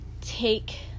take